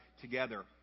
together